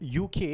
UK